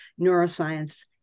neuroscience